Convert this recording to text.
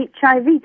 HIV